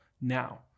now